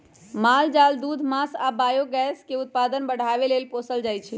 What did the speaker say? माल जाल दूध मास आ बायोगैस के उत्पादन बढ़ाबे लेल पोसल जाइ छै